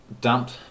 dumped